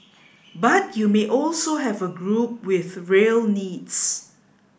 but you may also have a group with real needs